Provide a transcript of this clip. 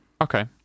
Okay